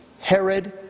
Herod